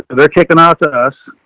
they're kicking out to us.